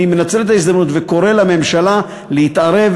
אני מנצל את ההזדמנות וקורא לממשלה להתערב,